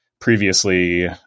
previously